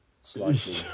slightly